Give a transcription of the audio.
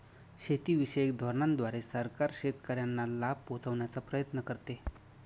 शेतीविषयक धोरणांद्वारे सरकार शेतकऱ्यांना लाभ पोहचवण्याचा प्रयत्न करते